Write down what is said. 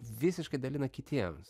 visiškai dalina kitiems